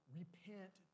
repent